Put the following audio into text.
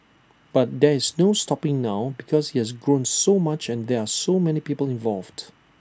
but there is no stopping now because has grown so much and there are so many people involved